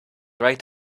right